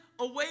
away